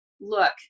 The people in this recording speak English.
look